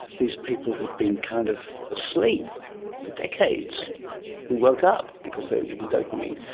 these people who'd been kind of asleep for decades who woke up because they were given dopamine.